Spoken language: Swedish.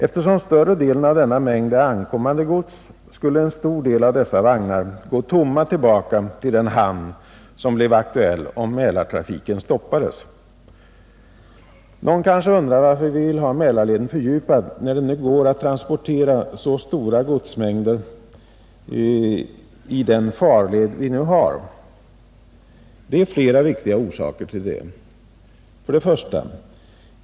Eftersom större delen av denna mängd är ankommande gods, skulle en stor del av dessa vagnar gå tomma tillbaka till den hamn som blev aktuell om Mälartrafiken stoppades. Någon kanske undrar varför vi vill ha en fördjupning av Mälarleden när det kan transporteras så stora godsmängder i den farled vi nu har. Jag vill därför redovisa några viktiga skäl som talar för en fördjupning av Mälarleden. 1.